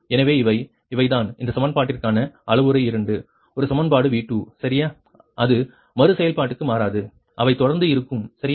எனவே இவை இவைதான் இந்த சமன்பாட்டிற்கான அளவுரு 2 ஒரு சமன்பாடு V2 சரியா இது மறு செயல்பாட்டுக்கு மாறாது அவை தொடர்ந்து இருக்கும் சரியா